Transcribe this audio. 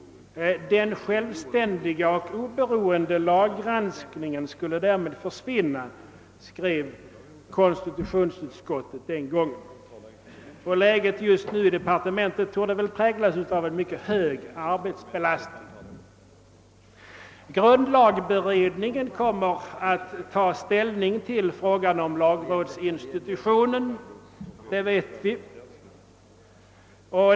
»Den självständiga och oberoende laggranskningen skulle därmed försvinna«, skrev konstitutionsutskottet den gången. Läget i departementet torde väl just nu präglas av en mycket hög arbetsbelastning. Vi vet att grundlagberedningen kommer att ta ställning till frågan om lagrådsinstitutionen.